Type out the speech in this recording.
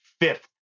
fifth